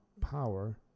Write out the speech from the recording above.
power